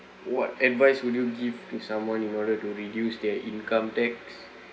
what advice would you give to someone in order to reduce their income tax